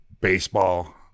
baseball